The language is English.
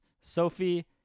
Sophie